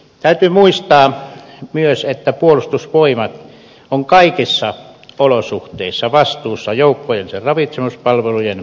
täytyy muistaa myös että puolustusvoimat on kaikissa olosuhteissa vastuussa joukkojensa ravitsemispalvelujen toimivuudesta